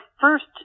first